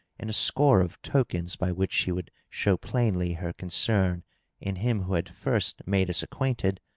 and a score of tokens by which she would show plainly her concern in him who had first made us acquainted,